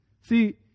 See